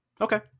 Okay